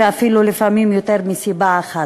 ואפילו לפעמים יותר מסיבה אחת.